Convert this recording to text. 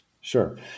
sure